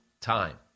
time